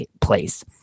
place